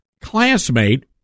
classmate